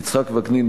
יצחק וקנין,